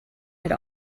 had